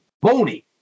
bony